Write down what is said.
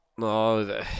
No